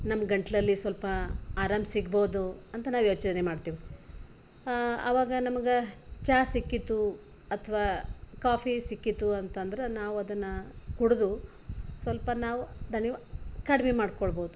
ನಮ್ಮ ಗಂಟಲಲ್ಲಿ ಸ್ವಲ್ಪ ಆರಾಮ ಸಿಗ್ಬೋದು ಅಂತ ನಾವು ಯೋಚನೆ ಮಾಡ್ತೀವಿ ಆವಾಗ ನಮ್ಗೆ ಚಾ ಸಿಕ್ಕಿತು ಅಥ್ವಾ ಕಾಫಿ ಸಿಕ್ಕಿತ್ತು ಅಂತಂದ್ರೆ ನಾವದನ್ನು ಕುಡಿದು ಸ್ವಲ್ಪ ನಾವು ದಣಿವು ಕಡ್ಮೆ ಮಾಡ್ಕೊಳ್ಬೋದು